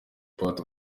part